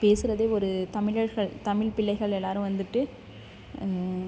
பேசுகிறதே ஒரு தமிழர்கள் தமிழ் பிள்ளைகள் எல்லோரும் வந்துட்டு